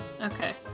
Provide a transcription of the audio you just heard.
Okay